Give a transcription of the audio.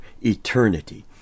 eternity